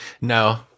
No